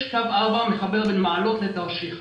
יש קו 4 שמחבר בין מעלות לתרשיחא.